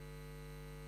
סדר-היום.